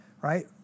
right